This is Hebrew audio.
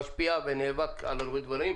ומשפיע ונאבק על הרבה דברים.